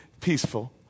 peaceful